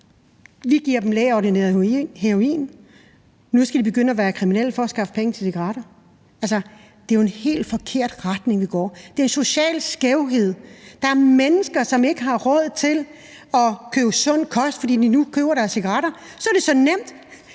vi giver dem lægeordineret heroin. Nu skal de begynde at være kriminelle for at skaffe penge til cigaretter. Det er jo en helt forkert retning, vi går i. Det medfører en social skævhed. Der er mennesker, som ikke har råd til at købe sund kost, fordi de skal købe deres cigaretter. Så er det så nemt